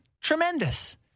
tremendous